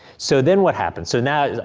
so, then what happened? so, now,